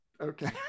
Okay